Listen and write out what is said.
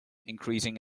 increasing